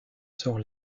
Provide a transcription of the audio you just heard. sur